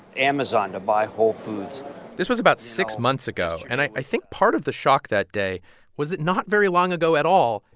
amazon to buy whole foods this was about six months ago. and i think part of the shock that day was that not very long ago at all,